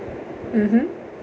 mmhmm